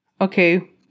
Okay